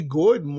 good